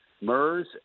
MERS